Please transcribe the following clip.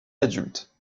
adultes